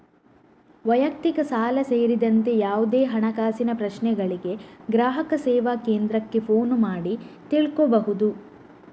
ವೈಯಕ್ತಿಕ ಸಾಲ ಸೇರಿದಂತೆ ಯಾವುದೇ ಹಣಕಾಸಿನ ಪ್ರಶ್ನೆಗಳಿಗೆ ಗ್ರಾಹಕ ಸೇವಾ ಕೇಂದ್ರಕ್ಕೆ ಫೋನು ಮಾಡಿ ತಿಳ್ಕೋಬಹುದು